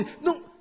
No